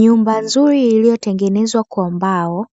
Nyumba nzuri iliyotengenezwa kwa mbao,